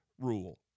rule